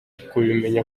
kubimenya